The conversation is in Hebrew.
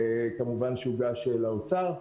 כמובן שהוגש לאוצר,